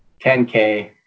10k